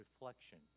reflection